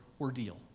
ordeal